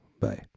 Bye